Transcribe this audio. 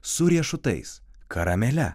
su riešutais karamele